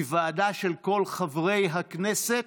היא ועדה של כל חברי הכנסת,